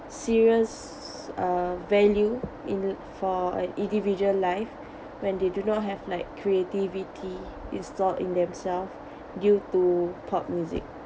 serious uh value in for an individual life when they do not have like creativity installed in themselves due to pop music